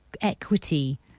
equity